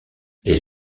les